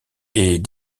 est